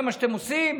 וזה מה שאתם עושים?